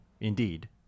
indeed